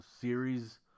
series